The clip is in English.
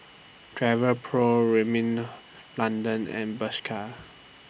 Travelpro Rimmel London and Bershka